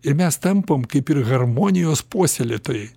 ir mes tampam kaip ir harmonijos puoselėtojai